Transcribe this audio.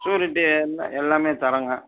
surety எல் எல்லாமே தரங்க